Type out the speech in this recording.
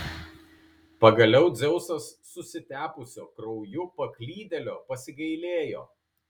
pagaliau dzeusas susitepusio krauju paklydėlio pasigailėjo